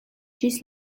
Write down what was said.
ĝis